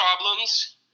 problems